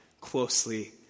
closely